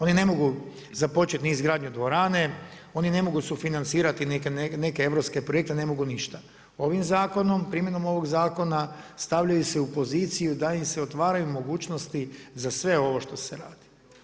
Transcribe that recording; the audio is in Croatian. Oni ne mogu započeti ni izgradnju dvorane, oni ne mogu sufinancirati ni neke europske projekte, ne mogu ništa, ovim zakonom, primjenom ovog zakona, stavljaju se u poziciju da im se otvaraju mogućnosti za sve ovo što se radi.